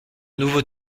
nouveau